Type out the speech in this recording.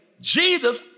Jesus